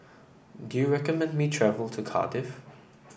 do you recommend me travel to Cardiff